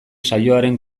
saioaren